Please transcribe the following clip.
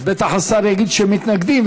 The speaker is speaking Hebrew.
אז בטח השר יגיד שהם מתנגדים,